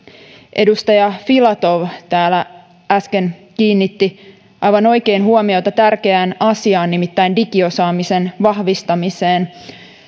edustaja filatov täällä äsken kiinnitti aivan oikein huomiota tärkeään asiaan nimittäin digiosaamisen vahvistamiseen